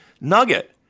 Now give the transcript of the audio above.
nugget